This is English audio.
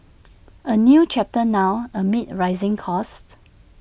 A new chapter now amid rising costs